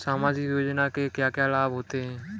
सामाजिक योजना से क्या क्या लाभ होते हैं?